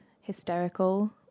hysterical